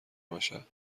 باشد